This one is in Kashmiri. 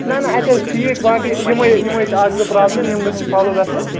نہ نہ اتہِ حظ چھُ ٹھیٖک باقٕے یِمٕے یِمٕے چھِ اَکھ زٕ پرٛابلِم یِم گَژھَن سالوٗ گَژھنہِ